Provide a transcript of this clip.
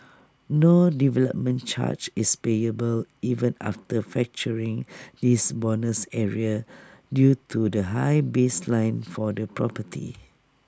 no development charge is payable even after factoring this bonus area due to the high baseline for the property